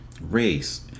race